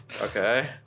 Okay